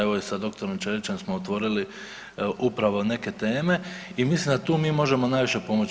Evo i sa dr. Ćelićem smo otvorili upravo neke teme i mislim da mi tu možemo najviše pomoći.